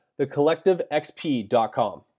thecollectivexp.com